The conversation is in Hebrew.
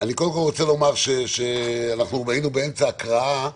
אני קודם כל רוצה לומר, שהיינו במצב של הקראה,